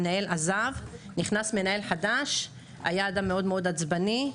המנהל עזב ונכנס מנהל חדש שהיה אדם מאוד-מאוד עצבני,